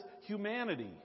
humanity